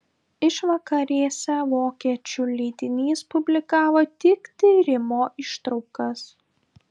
išvakarėse vokiečių leidinys publikavo tik tyrimo ištraukas